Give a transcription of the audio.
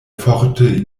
forte